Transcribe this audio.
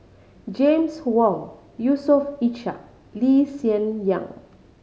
James Wong Yusof Ishak Lee Hsien Yang